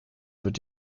wird